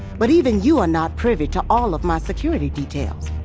but even you are not privy to all of my security details.